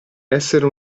essere